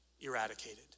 eradicated